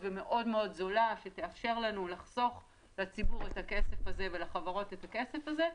וזולה מאוד שתאפשר לנו לחסוך לציבור ולחברות את הכסף הזה,